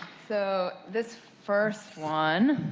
so this first one,